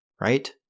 Right